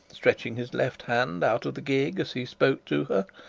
stretching his left hand out of the gig, as he spoke to her.